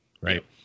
right